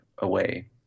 away